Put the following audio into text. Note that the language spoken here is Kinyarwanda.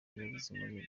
yasize